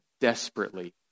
desperately